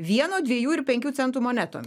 vieno dviejų ir penkių centų monetomis